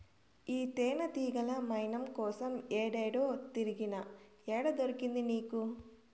ఈ తేనెతీగల మైనం కోసం ఏడేడో తిరిగినా, ఏడ దొరికింది నీకు